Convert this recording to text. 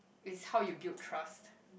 is how you build trust